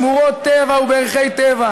מגיעה לו הודעה אישית.